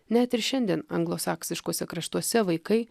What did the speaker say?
net ir šiandien anglosaksiškuose kraštuose vaikai